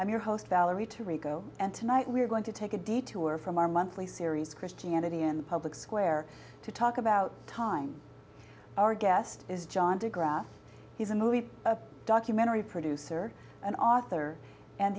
i'm your host valerie to rico and tonight we're going to take a detour from our monthly series christianity in the public square to talk about time our guest is john de graff he's a movie a documentary producer and author and